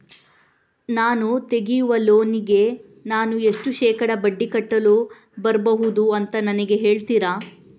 ನಾನು ತೆಗಿಯುವ ಲೋನಿಗೆ ನಾನು ಎಷ್ಟು ಶೇಕಡಾ ಬಡ್ಡಿ ಕಟ್ಟಲು ಬರ್ಬಹುದು ಅಂತ ನನಗೆ ಹೇಳ್ತೀರಾ?